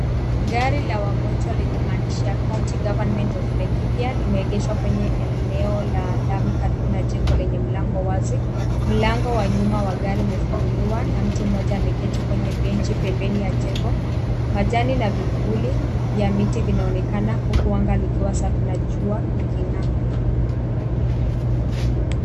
Gari la wagonjwa lenye maandishi ya County Government of Laikipia limeegeshwa kwenye eneo la lami karibu na jengo lenye mlango wazi. Mlango wa nyuma wa gari umefunguliwa na mtu mmoja ameketi kwenye benchi pembeni ya jengo. Majani na vivuli vya miti vinaonekana huku anga likiwa safi na jua liking'aa.